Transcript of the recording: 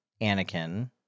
Anakin